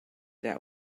that